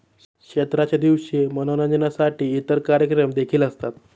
क्षेत्राच्या दिवशी मनोरंजनासाठी इतर कार्यक्रम देखील असतात